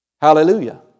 Hallelujah